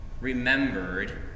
remembered